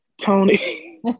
Tony